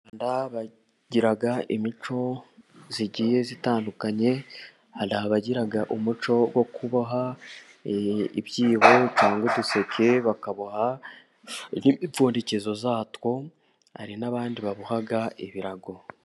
Mu Rwanda bagiraga imico igiye itandukanye, hari abagira umuco wo kuboha ibyibo cyangwa uduseke, bakaboha n'imipfundikizo yatwo, hari n'abandi baboha ibirago.